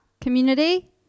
community